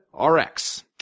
RX